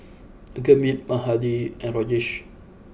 Gurmeet Mahade and Rajesh